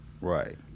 Right